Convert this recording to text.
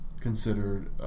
considered